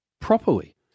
properly